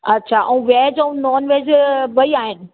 अछा ऐं वेज ऐं नॉनवेज बि ॿई आहिनि